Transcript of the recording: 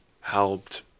helped